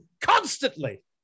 constantly